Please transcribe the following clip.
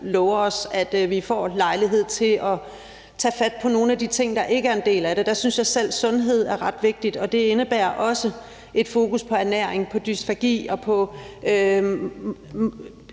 lover os, at vi får lejlighed til at tage fat på nogle af de ting, der ikke er en del af det. Der synes jeg selv, sundhed er ret vigtigt, og det indebærer også et fokus på ernæring, på dysfagi og i